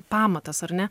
pamatas ar ne